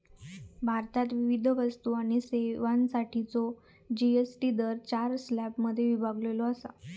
भारतात विविध वस्तू आणि सेवांसाठीचो जी.एस.टी दर चार स्लॅबमध्ये विभागलेलो असा